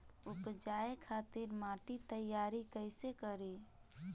उपजाये खातिर माटी तैयारी कइसे करी?